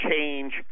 change